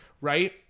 right